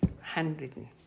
handwritten